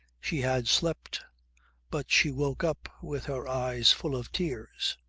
she had slept but she woke up with her eyes full of tears.